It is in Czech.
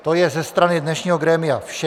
To je ze strany dnešního grémia vše.